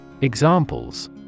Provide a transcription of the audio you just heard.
Examples